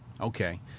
okay